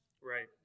Right